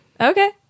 Okay